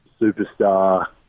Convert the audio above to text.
superstar